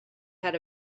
had